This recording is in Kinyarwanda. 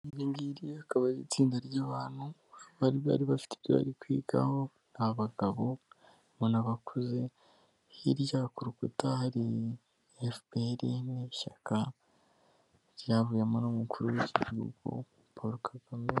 Iri ngiri akaba ari itsinda ry'abantu, bari bari bafite ibyo bari kwigaho, ni abagabo ubona bakuze, hirya ku rukuta hari FPR, ni ishyaka ryavuyemo n'umukuru w'iki gihugu Paul Kagame